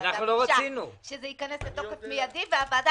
הוועדה ביקשה שזה ייכנס לתוקף באופן מידי והוועדה